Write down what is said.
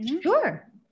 Sure